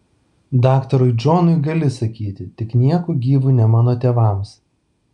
daktarui džonui gali sakyti tik nieku gyvu ne mano tėvams